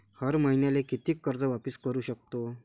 हर मईन्याले कितीक कर्ज वापिस करू सकतो?